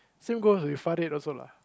same goes with Farid also lah